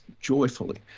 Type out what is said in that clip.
joyfully